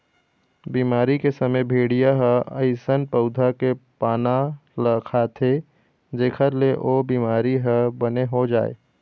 बिमारी के समे भेड़िया ह अइसन पउधा के पाना ल खाथे जेखर ले ओ बिमारी ह बने हो जाए